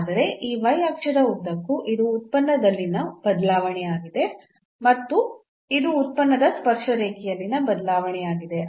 ಆದರೆ ಈ ಅಕ್ಷದ ಉದ್ದಕ್ಕೂ ಇದು ಉತ್ಪನ್ನದಲ್ಲಿನ ಬದಲಾವಣೆಯಾಗಿದೆ ಮತ್ತು ಇದು ಉತ್ಪನ್ನದ ಸ್ಪರ್ಶ ರೇಖೆಯಲ್ಲಿನ ಬದಲಾವಣೆಯಾಗಿದೆ